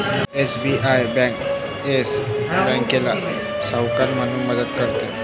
SBI bank Yes बँकेला सावकार म्हणून मदत करते